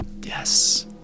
Yes